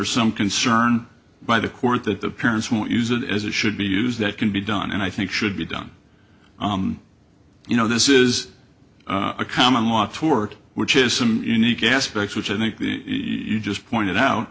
is some concern by the court that the parents will use it as it should be used that can be done and i think should be done you know this is a common law toward which is some unique aspect which i think you just pointed